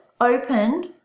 open